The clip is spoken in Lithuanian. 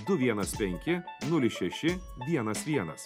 du vienas penki nulis šeši vienas vienas